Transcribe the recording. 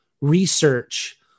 research